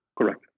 Correct